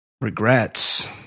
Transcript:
regrets